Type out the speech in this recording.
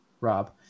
Rob